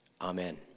Amen